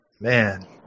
man